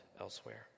elsewhere